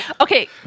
Okay